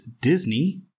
Disney